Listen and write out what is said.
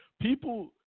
people